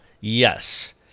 yes